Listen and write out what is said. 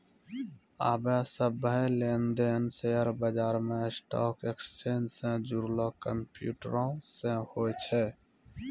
आबे सभ्भे लेन देन शेयर बजारो मे स्टॉक एक्सचेंज से जुड़लो कंप्यूटरो से होय छै